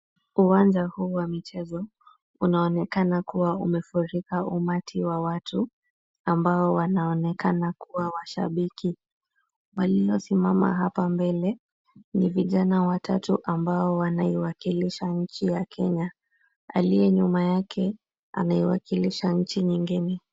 Uwanja huu wa michezo unaonekana kuwa umefurika umati wa watu ambao wanaonekana kuwa mashabiki. Waliosimama hapa mbele ni vijana watatu ambao wanawakilisha nchi ya Kenya. Aliye nyuma yake, anawakilisha nchi nyingine.